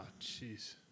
jeez